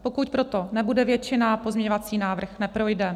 Pokud pro to nebude většina, pozměňovací návrh neprojde.